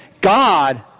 God